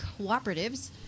cooperatives